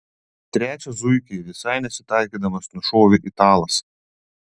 trečią zuikį visai nesitaikydamas nušovė italas